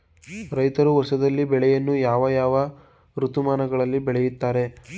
ರೈತರು ವರ್ಷದಲ್ಲಿ ಬೆಳೆಯನ್ನು ಯಾವ ಯಾವ ಋತುಮಾನಗಳಲ್ಲಿ ಬೆಳೆಯುತ್ತಾರೆ?